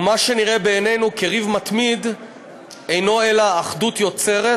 ומה שנראה בעינינו כריב מתמיד אינו אלא אחדות יוצרת